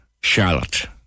Charlotte